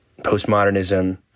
postmodernism